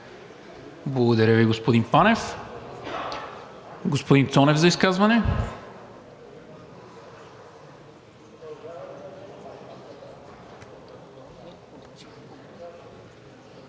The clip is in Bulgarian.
Благодаря Ви, господин Панев. Господин Цонев – за изказване.